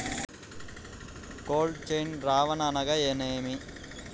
Cold chain రవాణా అనగా నేమి?